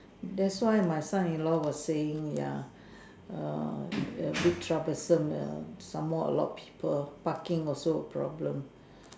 that's why my son in law was saying ya a bit troublesome some more a lot people parking also a problem